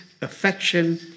affection